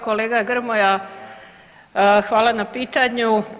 Kolega Grmoja hvala na pitanju.